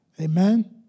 Amen